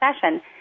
session